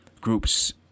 groups